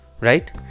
Right